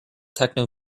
techno